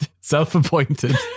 self-appointed